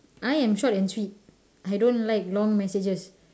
I am short and sweet I don't like long messages